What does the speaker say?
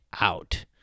out